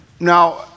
Now